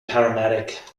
paramedic